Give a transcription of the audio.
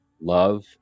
love